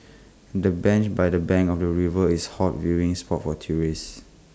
the bench by the bank of your river is hot viewing spot for tourists